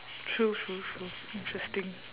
true true true interesting